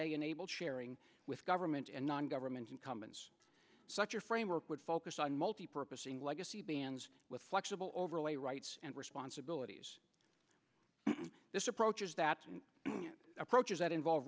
a enabled sharing with government and non government incumbents such a framework would focus on multi purpose in legacy bands with flexible overlay rights and responsibilities this approach is that it approaches that involve